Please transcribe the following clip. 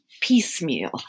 piecemeal